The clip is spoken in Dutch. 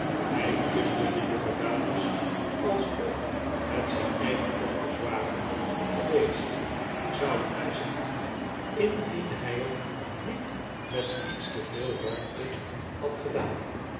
hij kuste de jongedames alsof het zijn eigen dochters waren geweest zouden wij zeggen indien hij het niet met iets te veel warmte had gedaan